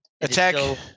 attack